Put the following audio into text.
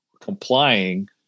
complying